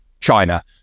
China